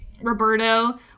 Roberto